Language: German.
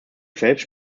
selbst